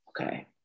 okay